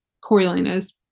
Coriolanus